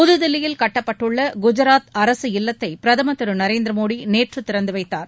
புது தில்லியில் கட்டப்பட்டுள்ள குஜாத் அரசு இல்லத்தை பிரதமர் திரு நரேந்திர மோடி நேற்று திறந்து வைத்தார்